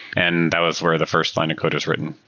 and that was where the first finding code is written.